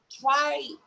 try